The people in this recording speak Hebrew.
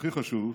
והכי חשוב,